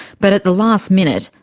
but at the last minute,